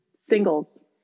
singles